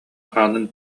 аанын